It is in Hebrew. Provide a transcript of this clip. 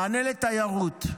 מענה לתיירות,